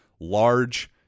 large